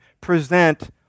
present